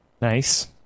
Nice